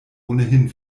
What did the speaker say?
ohnehin